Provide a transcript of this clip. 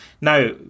Now